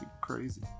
Crazy